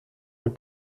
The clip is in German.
mit